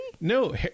No